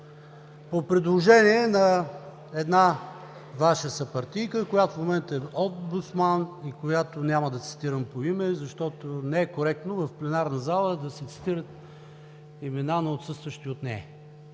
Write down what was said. по предложение на една Ваша съпартийка, която в момента е Омбудсман и която няма да цитирам по име, защото не е коректно в пленарната зала да се цитират имена на отсъстващи от нея